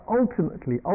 ultimately